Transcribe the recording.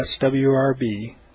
swrb